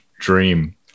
dream